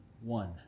One